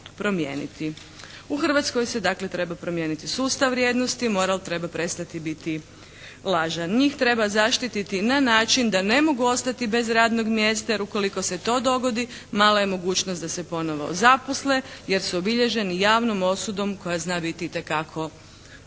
U Hrvatskoj se dakle treba promijeniti sustav vrijednosti. Moral treba prestati biti lažan. Njih treba zaštititi na način da ne mogu ostati bez radnog mjesta, jer ukoliko se to dogodi mala je mogućnost da se ponovo zaposle, jer su obilježeni javnom osudom koja zna biti itekako moćna.